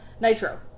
nitro